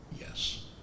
yes